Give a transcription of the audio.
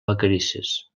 vacarisses